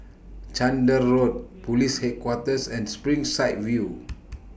Chander Road Police Headquarters and Springside View